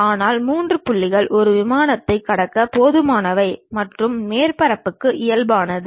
ஒரு ஒளிரும் விளக்கை எடுத்துக் கொள்வோம்